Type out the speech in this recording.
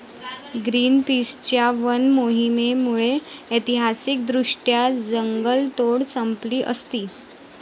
ग्रीनपीसच्या वन मोहिमेमुळे ऐतिहासिकदृष्ट्या जंगलतोड संपली असती